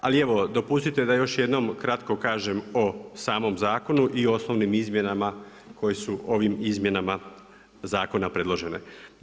Ali evo, dopustite da još jednom kratko kažem o samom zakonu i osnovnim izmjenama koje su ovim izmjenama zakona predložene.